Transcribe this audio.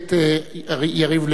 הכנסת יריב לוין,